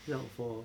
她讲 for